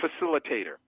facilitator